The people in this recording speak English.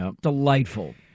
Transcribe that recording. Delightful